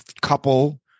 couple